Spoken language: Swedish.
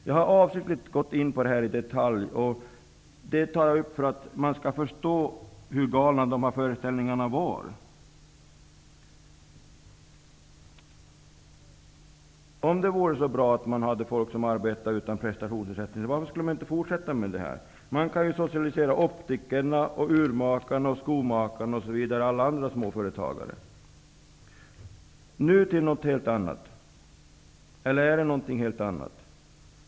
Jag har avsiktligt gått in på den här frågan i detalj, för att alla skall förstå hur galna föreställningarna var. Om man tyckte att det var så bra att folk arbetade utan prestationsersättning, varför fortsatte man inte och socialiserade optikerna, urmakarna, skomakarna och alla andra småföretagare? Nu till något helt annat! Men det kanske inte är något annat?